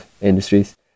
industries